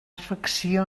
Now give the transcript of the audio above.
afecció